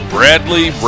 Bradley